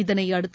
இதனையடுத்து